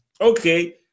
okay